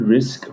Risk